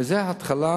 וזו התחלה.